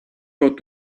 got